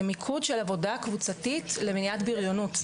זה מיקוד של עבודה קבוצתית למניעת בריונות.